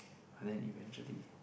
but then eventually